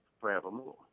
forevermore